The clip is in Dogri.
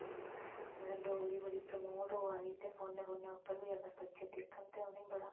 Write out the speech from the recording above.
अवा डोगरी बड़ी प्रोमोट होआ दी ते फोने फूने उप्पर बी बच्चे अगर बड़ी दिक्खन ते उ'नेंगी बड़ा